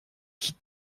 qui